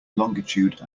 longitude